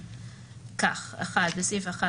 התשס"א 2001‏ (בפרק זה,